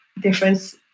difference